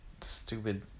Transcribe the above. stupid